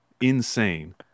insane